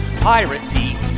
piracy